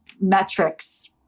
metrics